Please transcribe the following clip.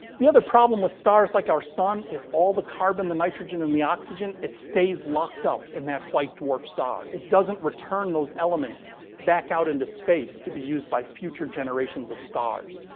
the other problem with stars like our sun is all the carbon and the nitrogen and the oxygen, it stays locked up in that white dwarf star. it doesn't return those elements back out into space to be used by future generations of stars.